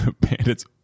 bandits